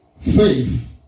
faith